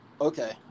okay